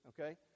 okay